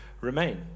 remain